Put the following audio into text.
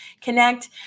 connect